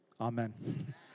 Amen